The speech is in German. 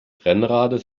rennrades